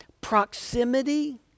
proximity